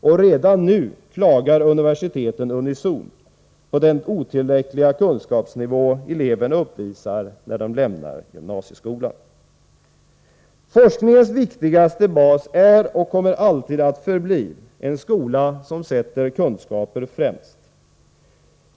Och redan nu klagar universiteten unisont på den otillräckliga kunskapsnivå eleverna uppvisar när de lämnar gymnasieskolan! Forskningens viktigaste bas är och kommer alltid att förbli en skola som sätter kunskaper främst.